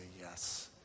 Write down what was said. yes